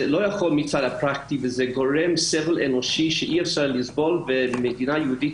זה גורם סבל אנושי בלתי נסבל ומדינה יהודית